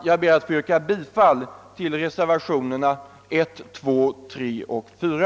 Jag ber att få yrka bifall till reservationerna 1, 2, 3 och 4.